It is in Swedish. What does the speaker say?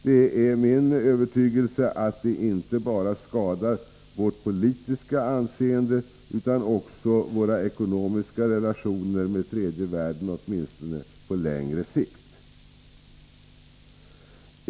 Det är min övertygelse att det inte bara kan skada vårt politiska anseende utan också våra ekonomiska relationer med den tredje världen, åtminstone på längre sikt.